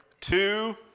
Two